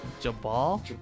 Jabal